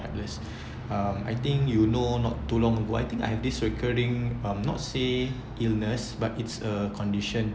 helpless um I think you know not too long ago I think I have this recurring um not say illness but it's a condition